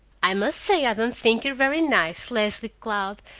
i must say i don't think you're very nice, leslie cloud,